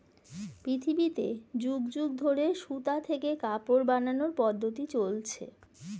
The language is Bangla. পৃথিবীতে যুগ যুগ ধরে সুতা থেকে কাপড় বানানোর পদ্ধতি চলছে